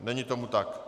Není tomu tak.